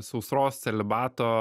sausros celibato